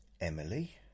Emily